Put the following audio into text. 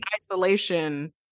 isolation